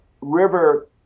river